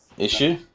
Issue